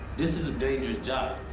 this is a dangerous job.